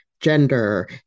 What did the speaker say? gender